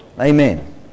amen